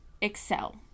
excel